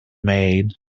maid